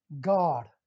God